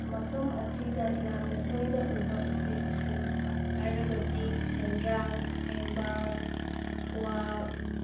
ꯃꯐꯝ ꯑꯁꯤꯗ ꯌꯥꯝꯅ ꯇꯣꯏꯅ ꯎꯕ ꯎꯆꯦꯛꯁꯤꯡ ꯍꯥꯏꯔꯒꯗꯤ ꯁꯦꯟꯗ꯭ꯔꯥꯡ ꯁꯦꯡꯕꯥꯡ ꯀ꯭ꯋꯥꯛ